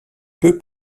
peu